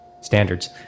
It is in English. standards